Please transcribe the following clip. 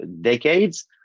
decades